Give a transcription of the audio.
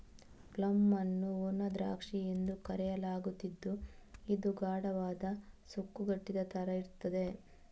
plum ಅನ್ನು ಒಣ ದ್ರಾಕ್ಷಿ ಎಂದು ಕರೆಯಲಾಗುತ್ತಿದ್ದು ಇದು ಗಾಢವಾದ, ಸುಕ್ಕುಗಟ್ಟಿದ ತರ ಇರ್ತದೆ